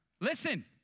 Listen